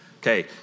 Okay